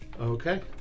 Okay